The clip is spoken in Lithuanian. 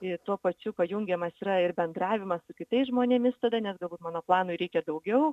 ir tuo pačiu pajungiamas yra ir bendravimas su kitais žmonėmis tada nes galbūt mano planui reikia daugiau